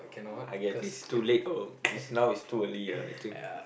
I get is too late or is now is too early ah I think